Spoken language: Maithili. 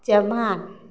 जापान